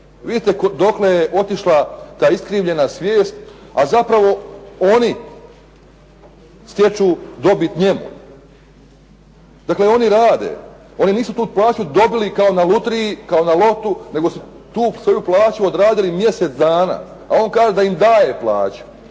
Vidite dokle je otišla ta iskrivljena svijest, a zapravo oni stječu dobit njemu. Dakle, oni rade. Oni nisu tu plaću dobili kao na lutriji, kao na lotu, nego su tu svoju plaću odradili mjesec dana. A on kaže da im daje plaću.